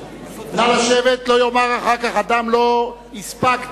לא יאמר אדם אחר כך "לא הספקתי".